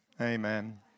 Amen